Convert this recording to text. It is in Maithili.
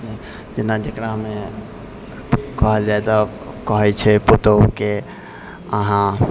जेना जकरामे कहल जाइ तऽ कहै छै पुतौहुके अहाँ